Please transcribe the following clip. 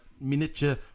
miniature